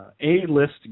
A-list